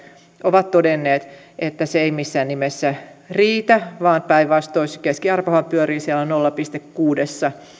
ovat todenneet että se ei missään nimessä riitä vaan päinvastoin keskiarvohan pyörii siellä nolla pilkku kuudessa